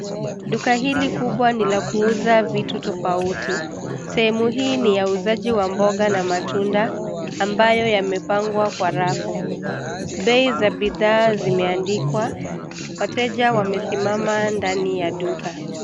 Duka hili kubwa ni la kuuza vitu tofauti. Sehemu hii ni ya uuzaji wa mboga na matunda, ambayo yamepangwa kwa rafu. Bei za bidhaa zimeandikwa , wateja wamesimama ndani ya duka.